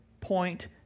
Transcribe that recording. point